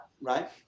right